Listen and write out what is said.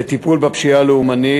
לטיפול בפשיעה לאומנית,